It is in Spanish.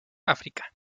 áfrica